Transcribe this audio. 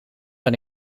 ben